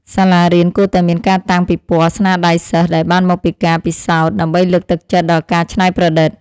សាលារៀនគួរតែមានការតាំងពិព័រណ៍ស្នាដៃសិស្សដែលបានមកពីការពិសោធន៍ ដើម្បីលើកទឹកចិត្តដល់ការច្នៃប្រឌិត។